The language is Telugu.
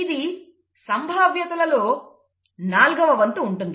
ఇది సంభావ్యతలో నాలుగవ వంతు ఉంటుంది